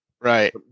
right